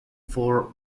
for